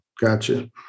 Gotcha